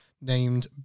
named